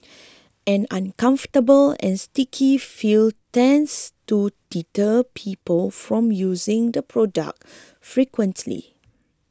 an uncomfortable and sticky feel tends to deter people from using the product frequently